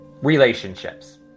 Relationships